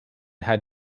had